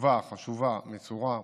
טובה, חשובה, מסורה,